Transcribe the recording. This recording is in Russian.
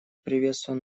приветствую